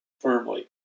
firmly